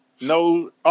no